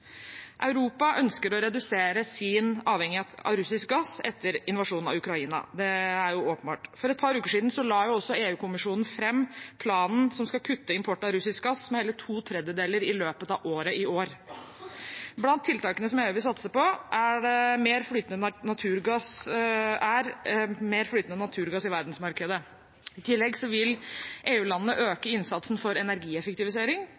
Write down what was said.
Europa ønsker å redusere sin avhengighet av russisk gass etter invasjonen av Ukraina – det er jo åpenbart. For et par uker siden la EU-kommisjonen fram planen som skal kutte import av russisk gass med hele to tredjedeler i løpet av dette året. Blant tiltakene som EU vil satse på, er mer flytende naturgass i verdensmarkedet. I tillegg vil